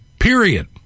Period